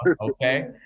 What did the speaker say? Okay